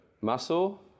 muscle